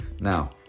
Now